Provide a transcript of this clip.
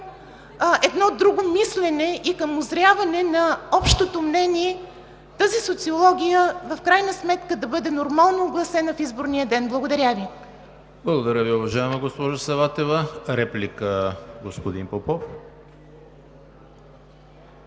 едно друго мислене и към узряване на общото мнение тази социология в крайна сметка да бъде нормално огласена в изборния ден. Благодаря Ви. ПРЕДСЕДАТЕЛ ЕМИЛ ХРИСТОВ: Благодаря Ви, уважаема госпожо Саватева. Реплика – господин Попов.